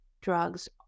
drugs